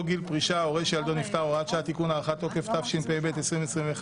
(תיקון מס' 17),